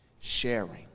sharing